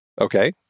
Okay